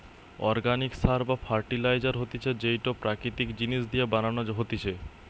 organic সার বা fertiliser হতিছে যেইটো প্রাকৃতিক জিনিস দিয়া বানানো হতিছে